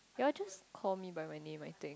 they all just call me by my name I think